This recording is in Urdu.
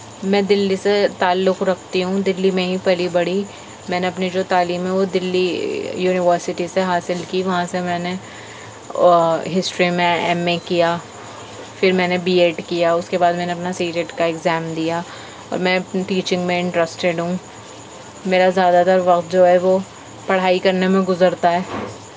میں دلّی سے تعلق رکھتی ہوں دلّی میں ہی پلی بڑھی میں نے اپنی جو تعلیم ہے وہ دلّی یونیورسٹی سے حاصل کی وہاں سے میں نے ہسٹری میں ایم اے کیا پھر میں نے بی ایڈ کیا اس کے بعد میں نے اپنا سی ٹیٹ کا ایگزام دیا اور میں ٹیچنگ میں انٹرسٹیڈ ہوں میرا زیادہ تر وقت جو ہے وہ پڑھائی کرنے میں گزرتا ہے